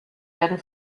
werden